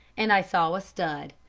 and i saw a stud,